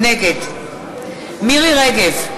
נגד מירי רגב,